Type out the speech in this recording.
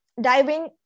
diving